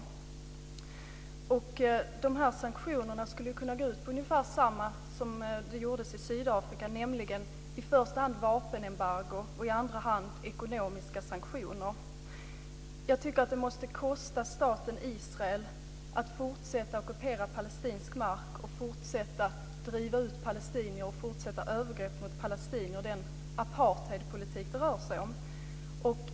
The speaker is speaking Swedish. Dessa sanktioner skulle kunna gå ut på ungefär samma saker som sanktionerna mot Sydafrika, nämligen i första hand vapenembargo och i andra hand ekonomiska sanktioner. Jag tycker att det måste kosta staten Israel att fortsätta ockupera palestinsk mark, fortsätta driva ut palestinier och fortsätta övergrepp mot palestinier, dvs. den apartheidpolitik som det rör sig om.